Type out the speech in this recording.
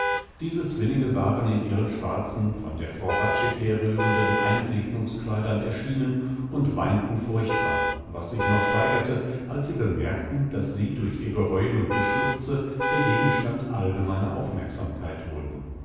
diese zwillinge waren in ihren schwarzen von der frau hradscheck herrührenden einsegnungskleidern erschienen und weinten furchtbar was sich noch steigerte als sie bemerkten daß sie durch ihr geheul und geschluchze der gegenstand allgemeiner aufmerksamkeit wurden